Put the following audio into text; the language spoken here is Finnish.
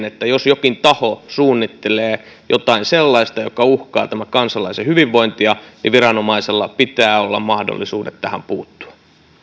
että jos jokin taho suunnittelee jotain sellaista joka uhkaa tämän kansalaisen hyvinvointia niin viranomaisella pitää olla mahdollisuudet tähän puuttua